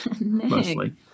Mostly